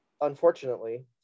unfortunately